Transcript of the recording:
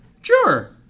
Sure